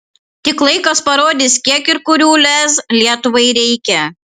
tik laikas parodys kiek ir kurių lez lietuvai reikia